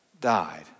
died